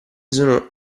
sono